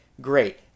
Great